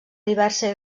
diversa